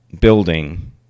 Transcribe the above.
building